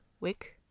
Wick